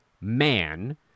man